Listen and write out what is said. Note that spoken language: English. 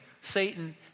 Satan